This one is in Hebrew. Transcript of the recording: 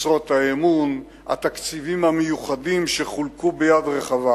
משרות האמון והתקציבים המיוחדים שחולקו ביד רחבה,